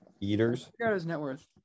eaters